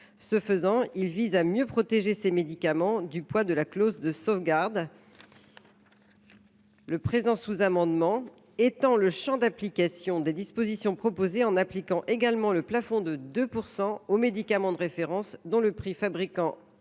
Il vise ainsi à mieux protéger ces médicaments du poids de la clause de sauvegarde. Le présent sous amendement a pour objet d’étendre le champ d’application des dispositions proposées en appliquant également le plafond de 2 % aux médicaments de référence dont le prix fabricant